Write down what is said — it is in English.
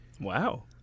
Wow